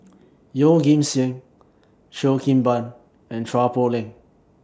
Yeoh Ghim Seng Cheo Kim Ban and Chua Poh Leng